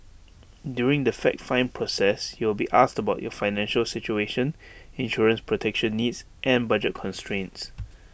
during the fact find process you will be asked about your financial situation insurance protection needs and budget constraints